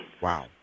Wow